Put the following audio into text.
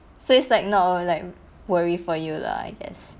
so it's like not like a worry for you lah I guess